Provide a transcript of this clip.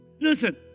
Listen